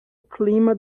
clima